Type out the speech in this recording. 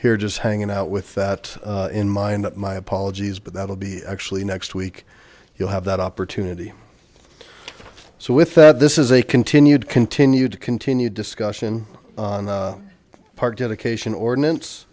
here just hanging out with that in mind that my apologies but that will be actually next week you'll have that opportunity so with that this is a continued continued continued discussion on the part dedication ordinance